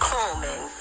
Coleman